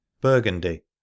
Burgundy